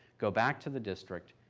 go back to the district,